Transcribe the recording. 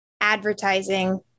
advertising